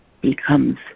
becomes